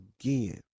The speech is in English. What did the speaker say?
again